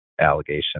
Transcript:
allegation